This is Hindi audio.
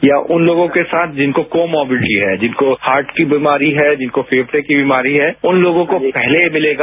या उन लोगों के साथ जिनको को मोबिलिटी है जिनको हार्ट की बीमारी है जिनको फंफड़े की बीमारी है उन लोगों को पहले मिलेगा